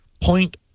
point